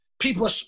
people